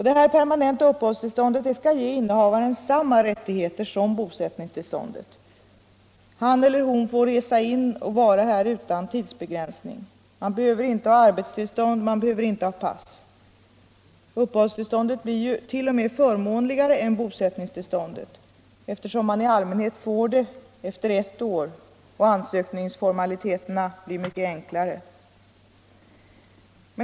Det permanenta uppehållstillståndet ger innehavaren samma rättigheter som bosättningstillståndet. Han eller hon får resa in och vistas här utan tidsbegränsning, behöver inte arbetstillstånd och inte pass. Uppehållstillståndet blir t.o.m. förmånligare än bosättningstillståndet; man får det i allmänhet efter ett år, och ansökningsformaliteterna blir enklare.